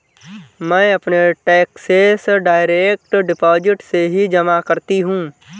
मैं अपने taxes direct deposit से ही जमा करती हूँ